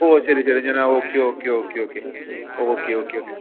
ഓ ശരി ശരി ഞാൻ ആണ് okay okay okay okay okay okay okay